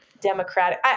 democratic